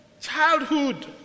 childhood